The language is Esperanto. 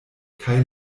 kaj